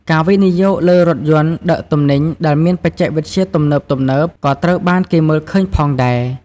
ការវិនិយោគលើរថយន្តដឹកទំនិញដែលមានបច្ចេកវិទ្យាទំនើបៗក៏ត្រូវបានគេមើលឃើញផងដែរ។